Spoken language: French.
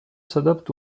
s’adapte